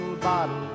bottle